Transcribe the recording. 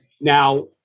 Now